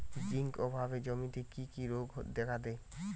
Zinc অভাবে জমিতে কি কি রোগ দেখাদেয়?